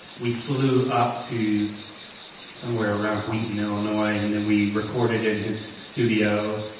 we flew up to somewhere around wheaton, illinois, and then we recorded in his studio,